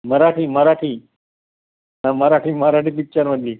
मराठी मराठी हा मराठी मराठी पिक्चरमधली